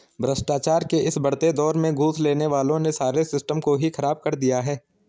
भ्रष्टाचार के इस बढ़ते दौर में घूस लेने वालों ने सारे सिस्टम को ही खराब कर दिया है